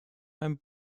beim